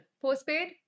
postpaid